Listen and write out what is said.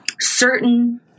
certain